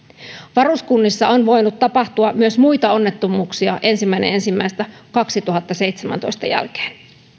varuskunnissa on voinut tapahtua myös muita onnettomuuksia ensimmäinen ensimmäistä kaksituhattaseitsemäntoista jälkeen